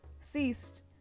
ceased